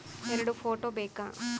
ಎರಡು ಫೋಟೋ ಬೇಕಾ?